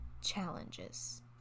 challenges